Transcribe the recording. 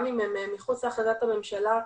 גם אם הם מחוץ להחלטת הממשלה,